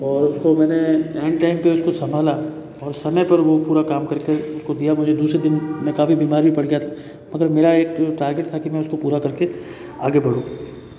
और उसको मैंने एंड टाइम पर उसको संभाला और समय पर वह पूरा काम करके उसको दिया मुझे दूसरे दिन में काफ़ी बीमार भी पड़ गया था मतलब मेरा एक जो टारगेट था कि मैं उसको पूरा करके आगे बढ़ूँ